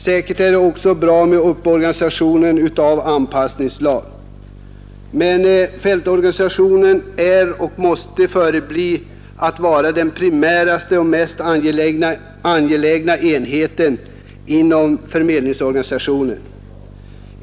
Säkerligen är det också bra att organisera anpassningslag, men fältorganisationen är och måste förbli den primära och mest angelägna enheten inom förmedlingsorganisationen.